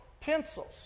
pencils